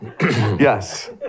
Yes